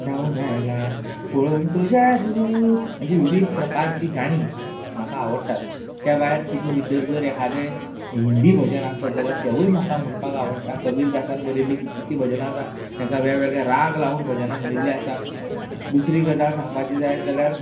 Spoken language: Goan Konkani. धांवून आयला पळोवन तुजें रूप अशी विवीद प्रकारचीं गाणीं म्हाका आवडटात त्या भायर तितूं भितर जर एखादें हिंदी भजन आसत जाल्या तेंवूय म्हाका म्हणपाक आवडटा कबीरदासान बरयल्ली कितलिशीं भजनां आसा तांकां वेगवेगळे राग लावून भजनां म्हणिल्लीं आसा दुसरी गजाल सांगपाची जायत जाल्यार